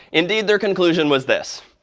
indeed, their conclusion was this.